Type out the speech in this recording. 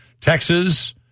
Texas